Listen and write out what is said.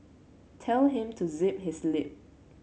tell him to zip his lip